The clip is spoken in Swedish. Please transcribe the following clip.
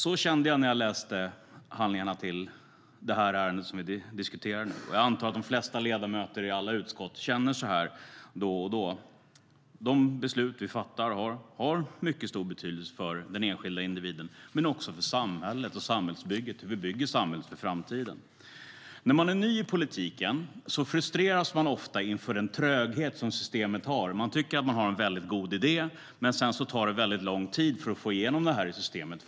Så kände jag när jag läste handlingarna till det ärende vi diskuterar. Jag antar att de flesta ledamöter i alla utskott känner så då och då. De beslut vi fattar har stor betydelse för den enskilda individen men också för samhället och för hur vi bygger samhället för framtiden. När man är ny i politiken blir man ofta frustrerad över den tröghet som systemet har. Man tycker att man har en god idé, men det tar lång tid att få igenom det i systemet.